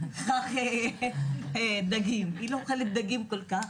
רק דגים והיא לא אוכלת דגים כל כך,